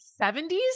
70s